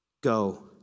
Go